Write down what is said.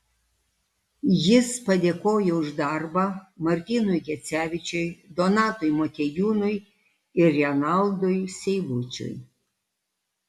jis padėkojo už darbą martynui gecevičiui donatui motiejūnui ir renaldui seibučiui